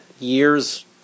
Years